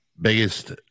Biggest